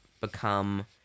become